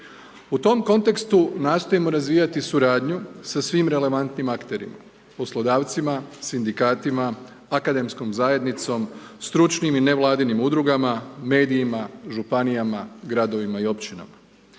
U tom kontekstu nastojimo razvijati suradnju sa svim relevantnim akterima, poslodavcima, sindikatima, akademskom zajednicom, stručnim i ne vladinim udrugama, medijima, županijama, gradovima i općinama.